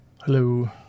Hello